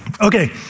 Okay